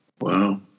Wow